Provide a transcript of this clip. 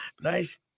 Nice